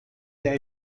der